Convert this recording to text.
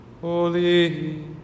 Holy